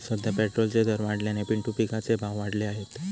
सध्या पेट्रोलचे दर वाढल्याने पिंटू पिकाचे भाव वाढले आहेत